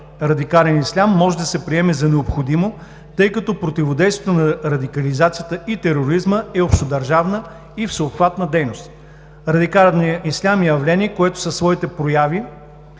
„радикален ислям“ може да се приеме за необходимо, тъй като противодействието на радикализацията и тероризма е общодържавна и всеобхватна дейност. Радикалният ислям е явление, което със своите прояви,